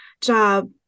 job